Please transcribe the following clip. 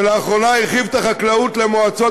שלאחרונה הרחיב את החקלאות למועצות